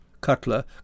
Cutler